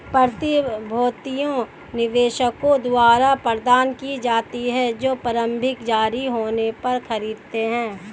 प्रतिभूतियां निवेशकों द्वारा प्रदान की जाती हैं जो प्रारंभिक जारी होने पर खरीदते हैं